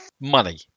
money